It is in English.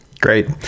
Great